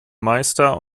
meister